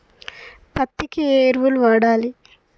పత్తి కి ఏ ఎరువులు వాడాలి?